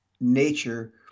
nature